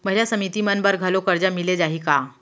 महिला समिति मन बर घलो करजा मिले जाही का?